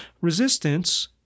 Resistance